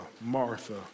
Martha